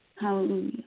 Hallelujah